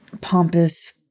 pompous